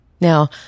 Now